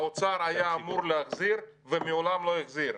האוצר היה אמור להחזיר ומעולם לא החזיר.